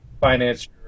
finance